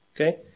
okay